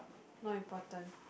not important